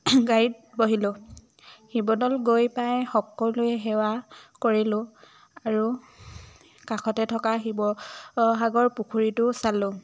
গাড়ীত বহিলো শিৱদৌল গৈ পাই সকলোৱে সেৱা কৰিলো আৰু কাষতে থকা শিৱসাগৰ পুখুৰীটো চালো